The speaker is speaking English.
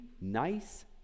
nice